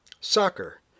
Soccer